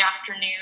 afternoon